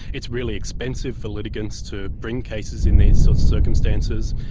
it's really expensive for litigants to bring cases in these sorts of circumstances,